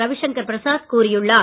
ரவிசங்கர் பிரசாத் கூறியுள்ளார்